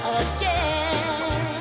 again